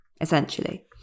essentially